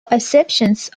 assumptions